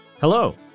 Hello